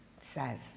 says